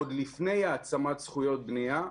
עוד לפני העצמת זכויות בנייה,